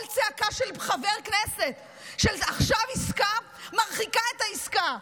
כל צעקה של חבר כנסת "עכשיו עסקה" מרחיקה את העסקה.